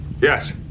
Yes